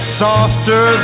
softer